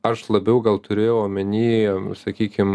aš labiau gal turėjau omeny sakykim